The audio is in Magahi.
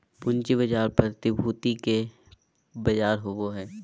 पूँजी बाजार प्रतिभूति के बजार होबा हइ